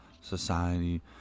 society